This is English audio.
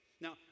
Now